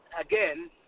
again